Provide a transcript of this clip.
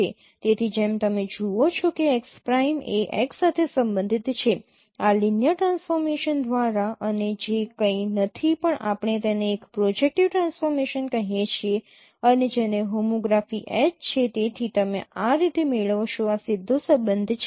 તેથી જેમ તમે જુઓ છો કે x પ્રાઈમ એ x સાથે સંબંધિત છે આ લિનિયર ટ્રાન્સફોર્મેશન દ્વારા અને જે કંઈ નથી પણ આપણે તેને એક પ્રોજેકટિવ ટ્રાન્સફોર્મેશન કહીએ છીએ અને જેને હોમોગ્રાફી H છે તેથી તમે આ રીતે મેળવશો આ સીધો સંબંધ છે